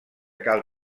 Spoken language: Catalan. cal